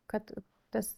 kad tas